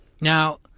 Now